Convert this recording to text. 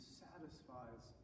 satisfies